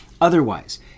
Otherwise